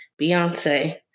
Beyonce